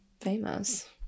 famous